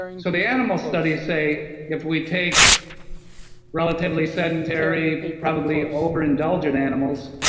so the animal study say if we take relatively sedentary, probably overindulgent animals,